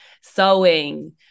sewing